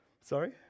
Sorry